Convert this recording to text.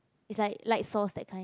is like light sauce that kind